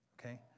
Okay